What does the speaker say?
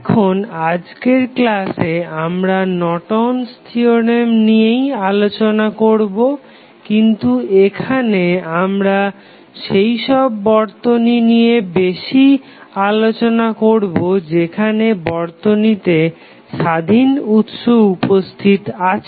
এখন আজকের ক্লাসে আমরা নর্টন'স থিওরেম নিয়েই আলোচনা করবো কিন্তু এখানে আমরা সেই সব বর্তনী নিয়ে বেশি করে আলোচনা করবো যেখানে বর্তনীতে স্বাধীন উৎস উপস্থিত আছে